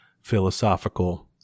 philosophical